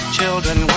children